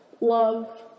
love